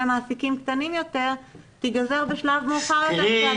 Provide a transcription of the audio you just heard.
המעסיקים הקטנים יותר תיגזר בשלב מאוחר יותר.